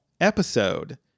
episode